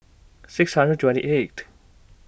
six hundred twenty eight